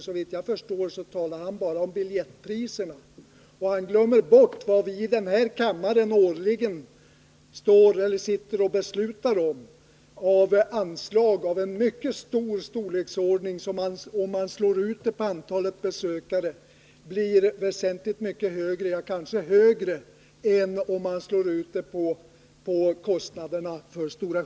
Såvitt jag förstår talar Göthe Knutson bara om biljettpriserna, och han glömmer bort att vi i denna kammare beslutar om anslag av mycket betydande storleksordning till Operan och Dramaten som, om man slår ut beloppen på antalet besökare, kanske blir högre än om kostnaderna för Stora Sjöfallet slås ut på motsvarande antal personer.